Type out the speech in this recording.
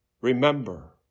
Remember